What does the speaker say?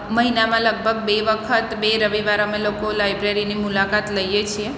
મહિનામાં લગભગ બે વખત બે રવિવાર અમે લોકો લાયબ્રેરીની મુલાકાત લઈએ છીએ